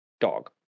dog